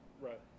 right